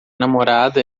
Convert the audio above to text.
namorada